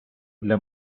для